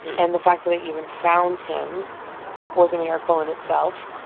and the fact that they even found him was a miracle in itself